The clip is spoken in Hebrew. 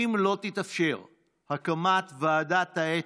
שאם לא תתאפשר הקמת ועדת אתיקה,